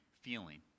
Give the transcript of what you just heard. feeling